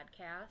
podcast